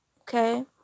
Okay